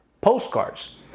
postcards